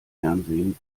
fernsehen